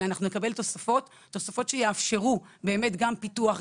אלא אנחנו נקבל תוספות שיאפשרו גם פיתוח,